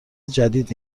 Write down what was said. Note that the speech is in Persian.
جدید